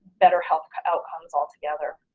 better health outcomes all together.